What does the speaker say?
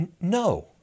no